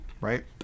right